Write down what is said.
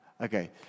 Okay